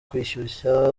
kwishyushya